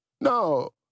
No